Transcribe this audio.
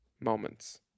moments